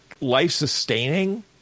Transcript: life-sustaining